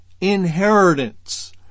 inheritance